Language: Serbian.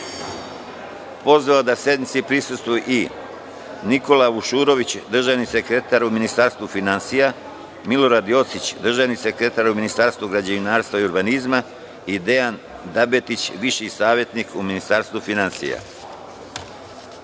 pozvao da sednici prisutvuju i Nikola Vušurović, državni sekretar u Ministarstvu finansija, Milorad Jocić, državni sekretar u ministarstvu građevinarstva i urbanizma i Dejan Dabetić, viši savetnik u Ministarstvu